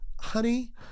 honey